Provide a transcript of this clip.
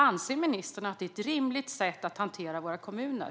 Anser ministern att det är ett rimligt sätt att hantera våra kommuner?